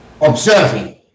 Observing